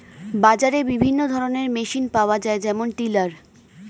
বাজারে বিভিন্ন ধরনের মেশিন পাওয়া যায় যেমন টিলার